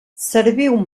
serviu